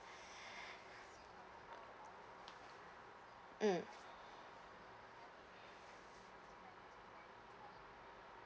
mm